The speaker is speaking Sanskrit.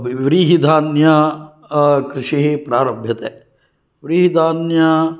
व्रीहिधान्य कृषिः प्रारभ्यते व्रीहिधान्यं